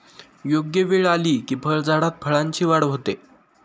योग्य वेळ आली की फळझाडात फळांची वाढ होते